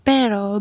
Pero